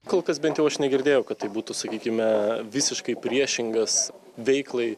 kol kas bent jau aš negirdėjau kad tai būtų sakykime visiškai priešingas veiklai